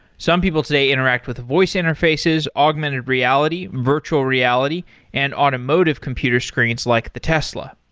some people today interact with voice interfaces, augmented reality, virtual reality and automotive computer screens like the tesla.